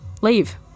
leave